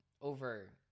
over